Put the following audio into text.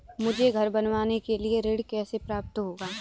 मुझे घर बनवाने के लिए ऋण कैसे प्राप्त होगा?